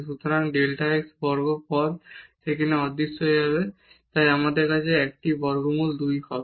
সুতরাং এই delta x বর্গ পদ সেখানে অদৃশ্য হয়ে যাবে তাই আমাদের 1 টি বর্গমূল 2 হবে